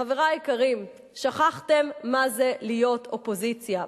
חברי היקרים, שכחתם מה זה להיות אופוזיציה.